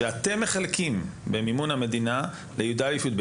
שאתם מחלקים במימון המדינה לי"א-י"ב.